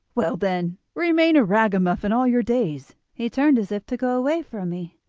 well, then, remain a ragamuffin all your days. he turned as if to go away from me,